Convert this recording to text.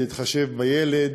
להתחשב בילד,